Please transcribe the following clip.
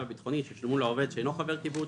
הביטחוני ששולמו לעובד שאינו חבר קיבוץ,